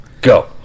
go